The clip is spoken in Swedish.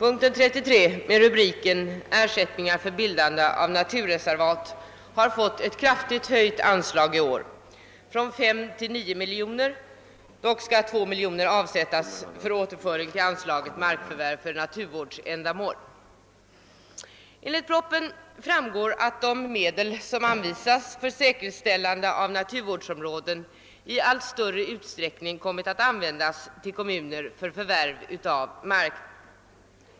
Herr talman! Anslaget under denna punkt har i år föreslagits få en kraftig höjning — från 5 till 9 miljoner kronor. Av detta belopp skall dock 2 miljoner avsättas för återföring till anslaget Markförvärv för naturvårdsändamål. Av propositionen framgår att de medel, som anvisas för säkerställande av naturvårdsområden, i allt större utsträckning kommit att användas till bidrag åt kommuner för förvärv av mark.